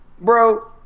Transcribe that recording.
bro